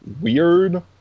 weird